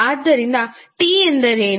ಆದ್ದರಿಂದ T ಎಂದರೇನು